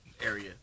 area